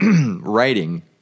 writing